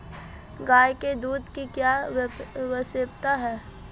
गाय के दूध की क्या विशेषता है?